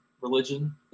religion